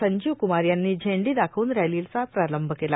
संजीवकुमार यांनी झेंडी दाखवून रॅलीचा प्रारंभ केला